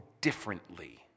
differently